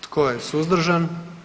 Tko je suzdržan?